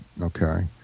Okay